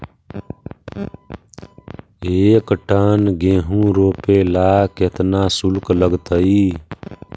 एक टन गेहूं रोपेला केतना शुल्क लगतई?